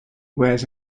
wears